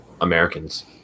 Americans